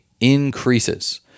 increases